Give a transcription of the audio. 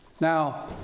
Now